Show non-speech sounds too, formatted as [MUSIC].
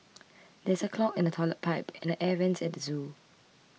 [NOISE] there is a clog in the Toilet Pipe and the Air Vents at the zoo